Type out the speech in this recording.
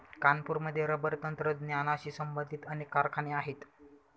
कानपूरमध्ये रबर तंत्रज्ञानाशी संबंधित अनेक कारखाने आहेत